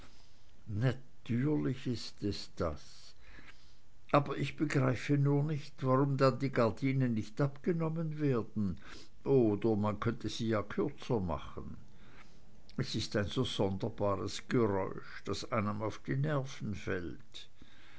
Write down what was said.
natürlich ist es das aber ich begreife nur nicht warum dann die gardinen nicht abgenommen werden oder man könnte sie ja kürzer machen es ist ein so sonderbares geräusch das einem auf die nerven fällt